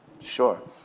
Sure